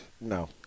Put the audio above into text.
No